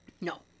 No